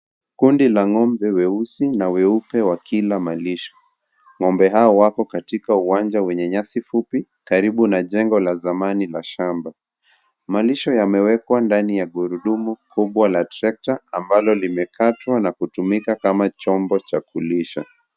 Kundi la ngombe weusi na weupe wa kila malisho, ngombe hao wako katika uwanja wenye nyasi fupi karibu na jengo la zamani la shamba, malisho yamewekwa ndani ya gurudumu kubwa la trekta ambalo limekatwa na kutumika kama chombo cha kulisha.